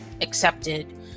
accepted